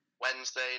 Wednesday